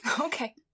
Okay